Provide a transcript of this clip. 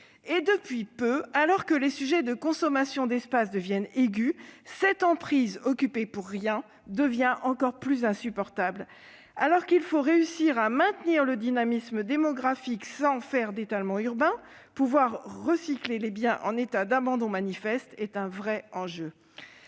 Depuis peu, alors que les sujets de consommation d'espace prennent de l'ampleur, l'emprise occupée pour rien devient encore plus insupportable. Alors qu'il faut réussir à maintenir le dynamisme démographique sans faire d'étalement urbain, pouvoir « recycler » les biens en état d'abandon manifeste est un vrai enjeu.